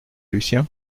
lucien